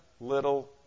little